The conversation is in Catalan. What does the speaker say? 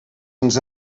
ens